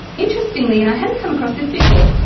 interestingly, and i hadn't come across this before,